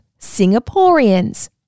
Singaporeans